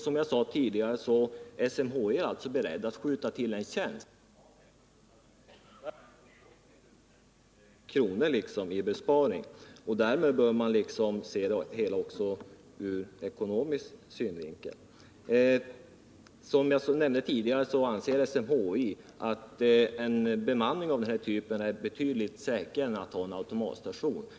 Som jag sade, är SMHI berett att skjuta till en tjänst — man anser nämligen att en bemannad station är betydligt säkrare än en automatstation.